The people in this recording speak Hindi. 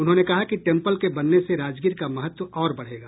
उन्होंने कहा कि टेंपल के बनने से राजगीर का महत्व और बढ़ेगा